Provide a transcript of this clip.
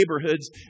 neighborhoods